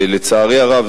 לצערי הרב,